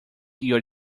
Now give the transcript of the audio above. your